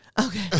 Okay